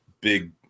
big